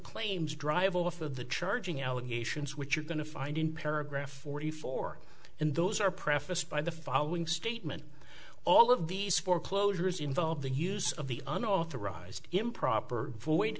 claims drive off of the charging allegations which are going to find in paragraph forty four and those are prefaced by the following statement all of these foreclosures involve the use of the unauthorized improper